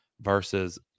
versus